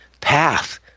path